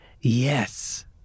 Yes